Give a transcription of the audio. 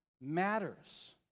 matters